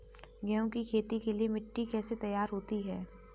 गेहूँ की खेती के लिए मिट्टी कैसे तैयार होती है?